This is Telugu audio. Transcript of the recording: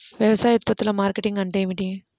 వ్యవసాయ ఉత్పత్తుల మార్కెటింగ్ అంటే ఏమిటి?